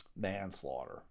manslaughter